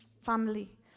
family